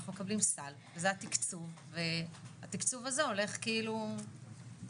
אנחנו מקבלים סל וזה התקצוב והתקצוב הזה הולך כאילו בצורה.